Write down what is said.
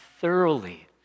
thoroughly